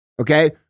Okay